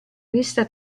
questa